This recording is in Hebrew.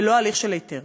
ולא הליך של היתר.